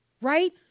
Right